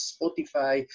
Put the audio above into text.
Spotify